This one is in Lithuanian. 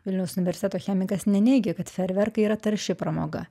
vilniaus universiteto chemikas neneigia kad ferverkai yra tarsi pramoga